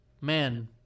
man